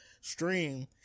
stream